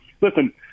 listen